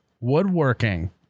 Woodworking